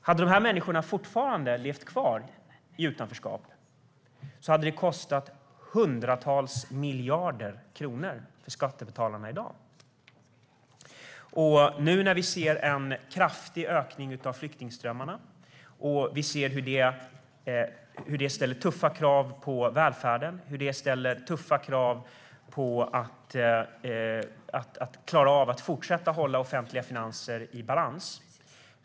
Om dessa 200 000 hade levt kvar i utanförskap skulle det i dag ha kostat hundratals miljarder kronor för skattebetalarna. Nu när vi ser en kraftig ökning av flyktingströmmarna ställer det tuffa krav på välfärden och på att vi ska fortsätta att hålla offentliga finanser i balans.